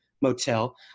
Motel